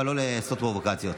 אבל לא לעשות פרובוקציות.